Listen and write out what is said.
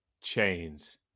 chains